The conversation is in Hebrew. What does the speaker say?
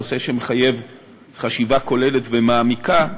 נושא שמחייב חשיבה כוללת ומעמיקה,